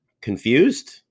Confused